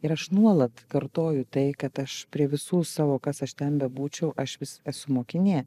ir aš nuolat kartoju tai kad aš prie visų savo kas aš ten bebūčiau aš vis esu mokinė